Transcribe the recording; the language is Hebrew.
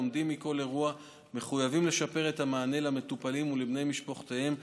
לומדים מכל אירוע ומחויבים לשפר את המענה למטופלים ולבני משפחותיהם,